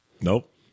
Nope